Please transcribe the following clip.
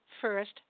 first